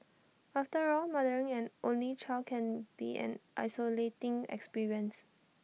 after all mothering an only child can be an isolating experience